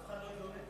ואף אחד לא התלונן.